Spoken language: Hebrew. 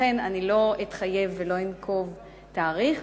לכן לא אתחייב ולא אנקוב תאריך.